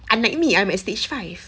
unlike me I'm at stage five